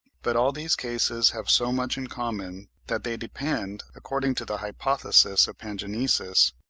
but all these cases have so much in common that they depend, according to the hypothesis of pangenesis,